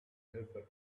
helper